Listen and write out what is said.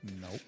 Nope